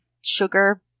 sugar